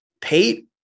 Pete